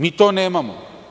Mi to nemamo.